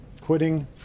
quitting